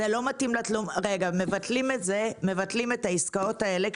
הם מבטלים את העסקאות האלה,